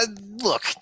look